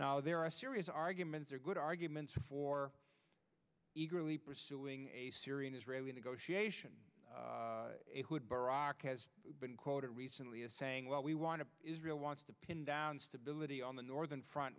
now there are serious arguments or good arguments for eagerly pursuing a syrian israeli negotiation would baraki has been quoted recently as saying well we want to israel wants to pin down stability on the northern front